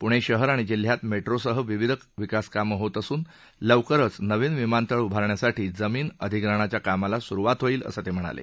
प्णे शहर आणि जिल्ह्यात मेट्रोसह विविध विकासकामं होत असून लवकरच नवीन विमानतळ उभारण्यासाठी जमीन अधिग्रहणाच्या कामाला सुरुवात होईल असं ते म्हणाले